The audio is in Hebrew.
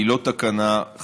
התקנה היא לא תקנה חדשה.